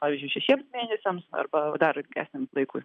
pavyzdžiui šešiems mėnesiams arba dar ilgesniam laikui